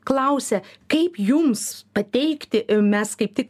klausia kaip jums pateikti mes kaip tik